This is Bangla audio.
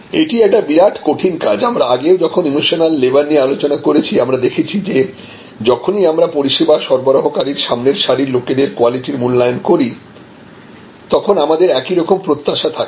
এটা একটা বিরাট কঠিন কাজ আমরা আগেও যখন ইমোশনাল লেবার নিয়ে আলোচনা করেছি আমরা দেখেছি যে যখনই আমরা পরিষেবা সরবরাহকারীর সামনের সারির লোকেদের কোয়ালিটির মূল্যায়ন করি তখন আমাদের এরকমই প্রত্যাশা থাকে